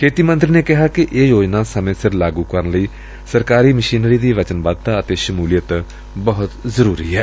ਖੇਤੀ ਮੰਤਰੀ ਨੇ ਕਿਹਾ ਕਿ ਇਹ ਯੋਜਨਾ ਸਮੇਂ ਸਿਰ ਲਾਗੁ ਕਰਨ ਲਈ ਸਰਕਾਰੀ ਮਸ਼ੀਨਰੀ ਦੀ ਵਚਨਬੱਧਤਾ ਅਤੇ ਸ਼ਮੁਲੀਅਤ ਬਹੁਤ ਜ਼ਰੁਰੀ ਏ